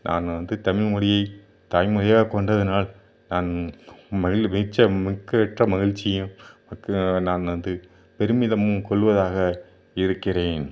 நான் வந்து தமிழ் மொழியை தாய்மொழியாக கொண்டதனால் நான் மகிழ் வச்ச மிக்கற்ற மகிழ்ச்சியும் நான் வந்து பெருமிதமும் கொள்வதாக இருக்கிறேன்